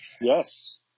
Yes